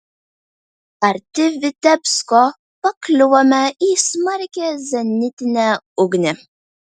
arti vitebsko pakliuvome į smarkią zenitinę ugnį